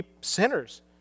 sinners